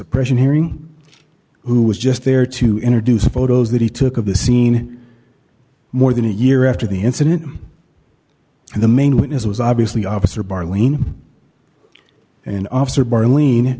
suppression hearing who was just there to introduce photos that he took of the scene more than a year after the incident and the main witness was obviously officer bar lane and officer bar lean